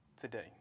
today